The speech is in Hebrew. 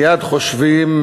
מייד חושבים